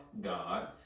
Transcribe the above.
God